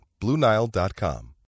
BlueNile.com